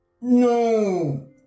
No